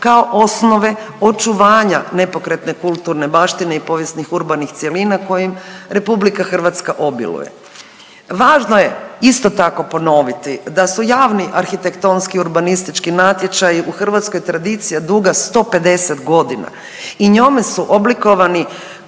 kao osnove očuvanja nepokretne kulturne baštine i povijesnih urbanih cjelina kojim RH obiluje. Važno je isto tako ponoviti da su javni arhitektonski urbanistički natječaji u Hrvatskoj tradicija duga 150 godina i njome su oblikovani